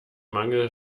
mangel